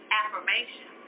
affirmation